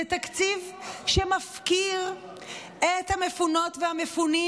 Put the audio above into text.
זה תקציב שמפקיר את המפונות והמפונים,